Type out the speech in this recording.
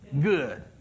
good